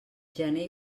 gener